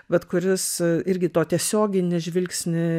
bet kuris irgi to tiesioginį žvilgsnį